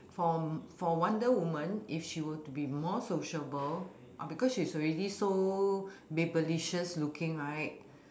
for for wonder woman if she were to be more sociable uh because she already so babelicious looking right